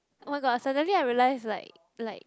oh-my-god suddenly I realize like like